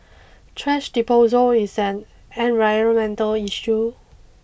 trash disposal is an environmental issue